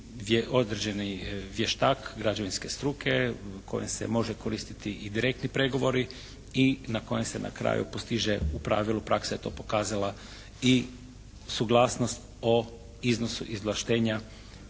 određeni vještak građevinske struke kojem se može koristiti i direktni pregovori i na kojem se na kraju postiže u pravilu, praksa je to pokazala i suglasnost o iznosu izvlaštenja